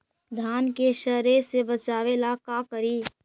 धान के सड़े से बचाबे ला का करि?